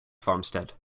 farmstead